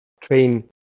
train